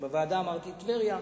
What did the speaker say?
בוועדה אמרתי טבריה,